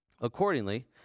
Accordingly